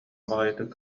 баҕайытык